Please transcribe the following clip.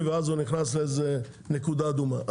ואז הוא נכנס לאיזה נקודה אדומה.